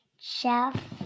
Chef